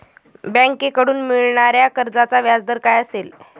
बँकेकडून मिळणाऱ्या कर्जाचा व्याजदर काय असेल?